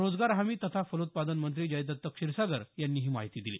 रोजगार हमी तथा फलोत्पादन मंत्री जयदत क्षीरसागर यांनी ही माहिती दिली